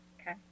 Okay